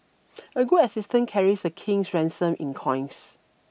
a good assistant carries a king's ransom in coins